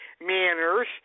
manners